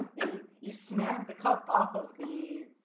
and you snagged the cup off of the